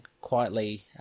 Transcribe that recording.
quietly